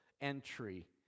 entry